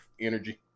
energy